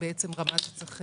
שצריך